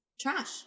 trash